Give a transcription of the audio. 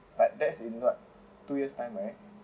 but that's in what two years time right